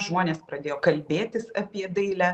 žmonės pradėjo kalbėtis apie dailę